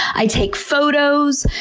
i take photos.